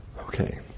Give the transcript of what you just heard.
Okay